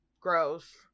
gross